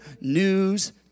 news